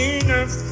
enough